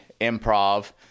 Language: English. improv